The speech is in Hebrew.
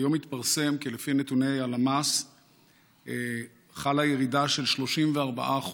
היום התפרסם כי לפי נתוני הלמ"ס חלה ירידה של 34%